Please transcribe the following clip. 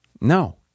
No